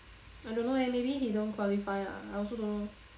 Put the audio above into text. I don't know eh maybe he don't qualify lah I also don't know